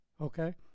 okay